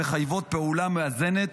שמחייבות פעולה מאזנת